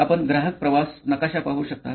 आपण ग्राहक प्रवास नकाशा पाहू शकता